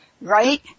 Right